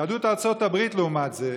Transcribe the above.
יהדות ארצות הברית, לעומת זה,